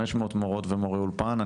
500 מורות ומורי אולפן.